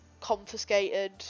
confiscated